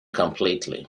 completely